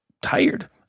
tired